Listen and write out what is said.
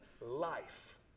life